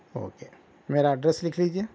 okay میرا address لِکھ لیجئے